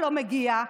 שלא מגיע,